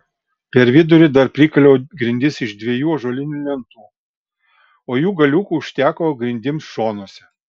per vidurį dar prikaliau grindis iš dviejų ąžuolinių lentų o jų galiukų užteko grindims šonuose